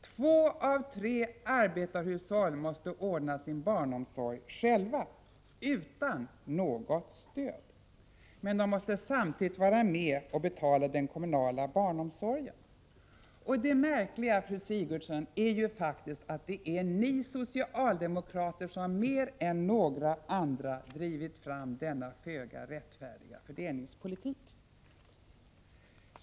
Två av tre arbetarfamiljer får ordna sin barntillsyn själva utan något stöd. Men de måste samtidigt vara med och betala den kommunala barnomsorgen. Och det märkliga, fru Sigurdsen, är ju att det är ni socialdemokrater som mer än några andra drivit fram denna föga rättfärdiga fördelningspolitik.